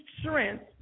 strength